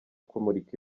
kumurika